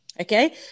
Okay